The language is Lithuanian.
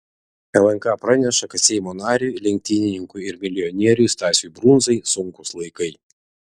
lnk praneša kad seimo nariui lenktynininkui ir milijonieriui stasiui brundzai sunkūs laikai